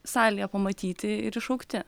salėje pamatyti ir iššaukti